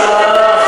עלתה הצעה,